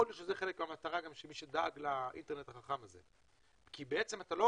יכול להיות שזה חלק מהמטרה של מי שדאג לאינטרנט החכם הזה כי בעצם אתה לא